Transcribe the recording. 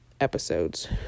episodes